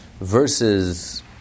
Versus